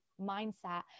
mindset